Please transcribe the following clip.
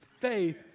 Faith